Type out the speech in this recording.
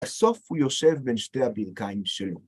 בסוף הוא יושב בין שתי הברכיים שלו.